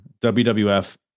WWF